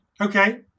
Okay